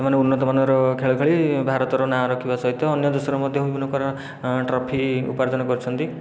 ଏମାନେ ଉନ୍ନତମାନର ଖେଳ ଖେଳି ଭାରତର ନାଁ ରଖିବା ସହିତ ଅନ୍ୟ ଦେଶର ମଧ୍ୟ ବିଭିନ୍ନ ପ୍ରକାର ଟ୍ରଫି ଉପାର୍ଜନ କରିଛନ୍ତି